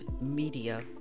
Media